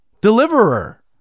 Deliverer